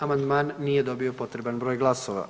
Amandman nije dobio potreban broj glasova.